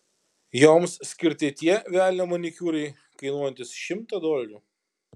joms skirti tie velnio manikiūrai kainuojantys šimtą dolerių